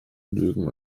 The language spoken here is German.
lügen